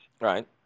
Right